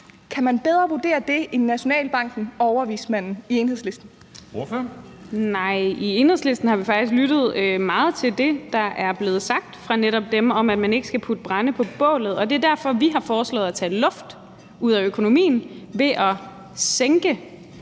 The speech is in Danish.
Formanden : Ordføreren. Kl. 15:23 Mai Villadsen (EL) : Nej, i Enhedslisten har vi faktisk lyttet meget til det, der er blevet sagt fra netop dem, om, at man ikke skal putte brænde på bålet. Det er derfor, vi har foreslået at tage luft ud af økonomien ved at give